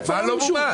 מה לא מומש?